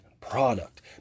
product